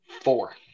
Four